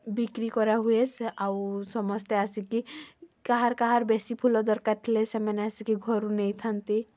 ବିକ୍ରି କରାହୁଏ ସେ ଆଉ ସମସ୍ତେ ଆସିକି କାହାର କାହାର ବେଶୀ ଫୁଲ ଦରକାର ଥିଲେ ସେମାନେ ଆସିକି ଘରୁ ନେଇଥାନ୍ତି